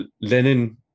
Lenin